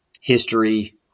history